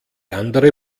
andere